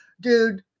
Dude